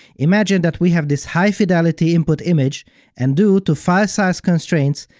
imagine that we have this high-fidelity input image and due to file size constraints,